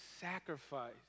sacrifice